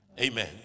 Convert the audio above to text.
Amen